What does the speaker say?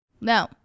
No